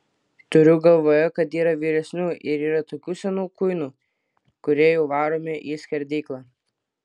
turiu galvoje kad yra vyresnių ir yra tokių senų kuinų kurie jau varomi į skerdyklą